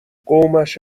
قومش